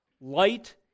Light